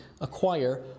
acquire